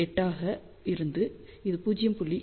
8 ஆக இருந்து இது 0